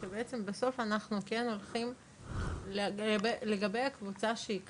בעצם בסוף אנחנו כן הולכים לגבי הקבוצה שהיא קיימת,